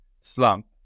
slump